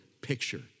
picture